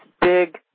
big